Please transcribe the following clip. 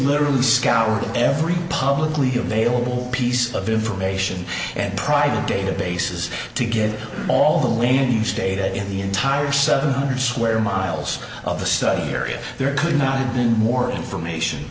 literally scoured every publicly available piece of information and private databases to get all the ladies data in the entire seven hundred square miles of the study area there could not have been more information